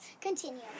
Continue